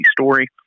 story